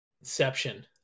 Inception